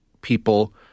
People